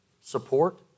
support